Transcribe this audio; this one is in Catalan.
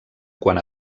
quan